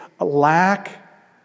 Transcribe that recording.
lack